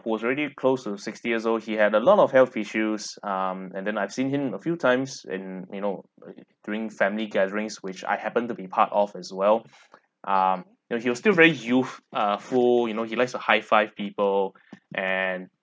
who was already close to sixty-years-old he had a lot of health issues um and then I've seen him a few times in you know during family gatherings which I happen to be part of as well um you know he was still very youth uh full you know he likes to high five people and